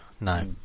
no